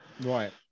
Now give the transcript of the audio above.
right